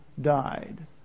died